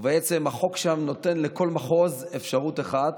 ובעצם החוק שם נותן לכל מחוז אפשרות אחת,